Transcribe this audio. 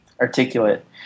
articulate